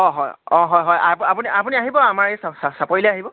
অঁ হয় অঁ হয় আপুনি আপুনি আহিব আমাৰ এই চাপৰিলে আহিব